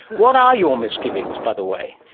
what are your misgivings, by the way?